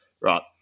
right